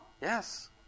Yes